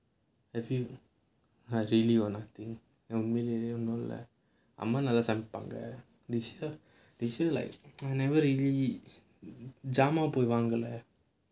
I think I really got nothing ஒண்ணுமே ஒண்ணுமில்ல அம்மா:onnumae onnumilla amma dress எடுப்பாங்க:edupaanga this year this year like never really ஜாமான் போய் வாங்கல:jaamaan poyi vaangala